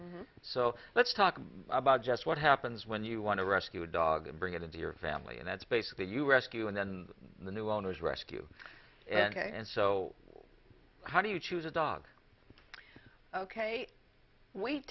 so let's talk about just what happens when you want to rescue a dog and bring it into your family and that's basically you rescue and then the new owners rescue and so how do you choose a dog ok we